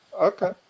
Okay